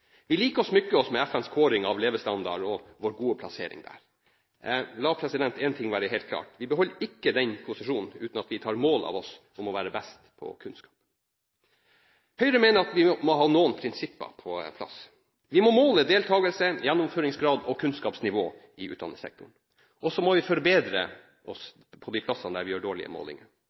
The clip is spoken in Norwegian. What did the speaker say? Vi liker å smykke oss med vår gode plassering i FNs kåring av levestandard. La én ting være helt klart: Vi beholder ikke den posisjonen uten at vi tar mål av oss til å være best på kunnskap. Høyre mener vi må ha noen prinsipper på plass. Vi må måle deltakelse, gjennomføringsgrad og kunnskapsnivå i utdanningssektoren, og så må vi forbedre oss på de områdene der vi gjør dårlige målinger.